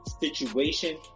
situation